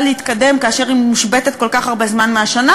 להתקדם כאשר היא מושבתת כל כך הרבה זמן מהשנה,